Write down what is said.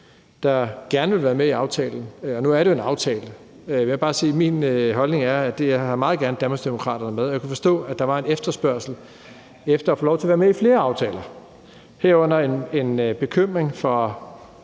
der gerne vil være med i aftalen, for nu er det jo en aftale, at min holdning er, at jeg meget gerne vil have Danmarksdemokraterne med. Jeg kunne forstå, at der var en forespørgsel om at få lov til at være med i flere aftaler, herunder en bekymring for,